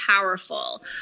powerful